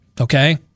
okay